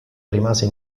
rimase